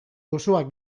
gozoak